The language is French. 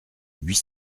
huit